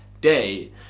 day